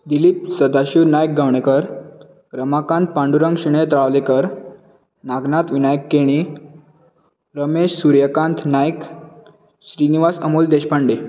Dilip Sadashiv Naik Gaonkar Ramakant Pandurang Shenai Talavalekar Nagnath Vinayak Keni Ramesh Suryakant Naik Shrinivas Amol Deshpande